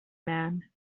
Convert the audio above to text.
man